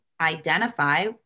identify